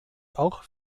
auch